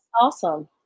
Awesome